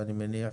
ואני מניח